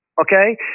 Okay